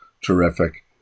terrific